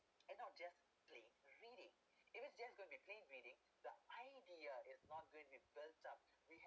and not just plain reading if it's just going to be plain reading the idea is not going to burn up we have